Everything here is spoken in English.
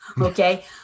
Okay